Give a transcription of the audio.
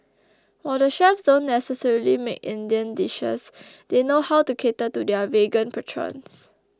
while the chefs don't necessarily make Indian dishes they know how to cater to their vegan patrons